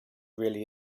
really